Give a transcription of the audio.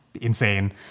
insane